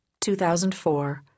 2004